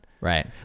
Right